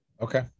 Okay